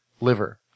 Liver